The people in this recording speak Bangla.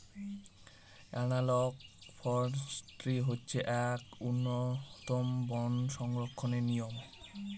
এনালগ ফরেষ্ট্রী হচ্ছে এক উন্নতম বন সংরক্ষণের নিয়ম